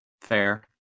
Fair